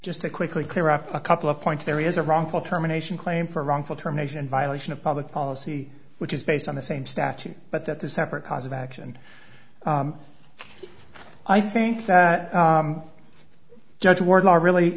just to quickly clear up a couple of points there is a wrongful termination claim for wrongful termination and violation of public policy which is based on the same statute but that's a separate cause of action i think the judge wardlaw really